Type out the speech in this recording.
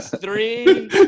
three